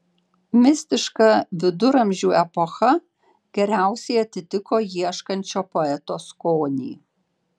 mistiška viduramžių epocha geriausiai atitiko ieškančio poeto skonį